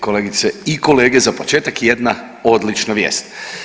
Kolegice i kolege, za početak jedna odlična vijest.